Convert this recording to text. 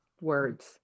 words